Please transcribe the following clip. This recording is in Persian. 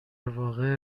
واقع